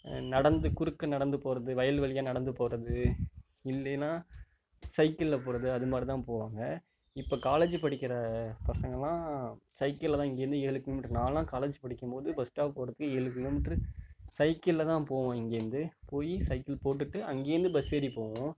நடந்து குறுக்க நடந்து போகிறது வயல் வழியாக நடந்து போகிறது இல்லைனால் சைக்கிளில் போகிறது அதுமாதிரி போவாங்க இப்போ காலேஜ் படிக்குற பசங்கெல்லாம் சைக்கிளில் தான் இங்கேயிருந்து ஏழு கிலோமீட்டர் நான்லாம் காலேஜ் படிக்கும் போது பஸ் ஸ்டாப் போகிறத்துக்கு ஏழு கிலோமீட்டரு சைக்கிளில் தான் போவோம் இங்கேயிருந்து போய் சைக்கிள் போட்டுவிட்டு அங்கேருந்து பஸ் ஏறிப்போவோம்